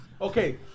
Okay